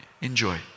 Enjoy